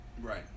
Right